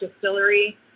Distillery